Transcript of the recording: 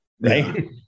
Right